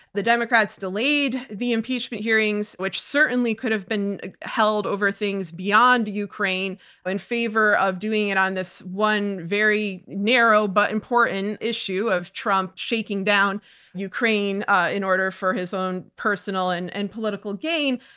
the democrats delayed the impeachment hearings, which certainly could have been held over things beyond ukraine in favor of doing it on this one very narrow but important issue of trump shaking down ukraine ah in order for his own personal and and political gain.